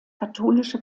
katholische